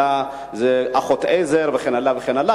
אלא אחות עזר וכן הלאה וכן הלאה.